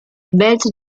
wählte